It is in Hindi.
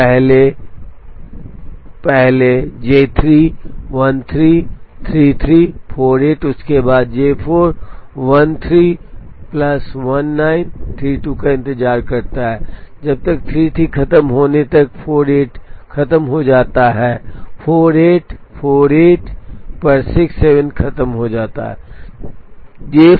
तो पहले 1is J3 13 3348 उसके बाद J4 13 प्लस 1932 का इंतजार करता है जब तक 33 खत्म होने तक 48 खत्म हो जाता है 48 48 पर 67 पर खत्म हो जाता है